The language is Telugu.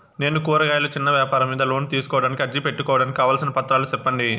నేను కూరగాయలు చిన్న వ్యాపారం మీద లోను తీసుకోడానికి అర్జీ పెట్టుకోవడానికి కావాల్సిన పత్రాలు సెప్పండి?